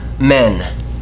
men